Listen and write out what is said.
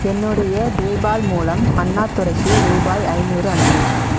என்னுடைய பேபால் மூலம் அண்ணாதுரைக்கு ரூபாய் ஐநூறு அனுப்பவும்